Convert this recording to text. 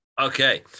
Okay